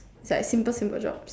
is like simple simple jobs